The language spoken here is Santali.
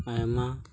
ᱟᱭᱢᱟ